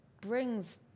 brings